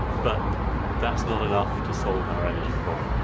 but that's not enough to solve our energy problem.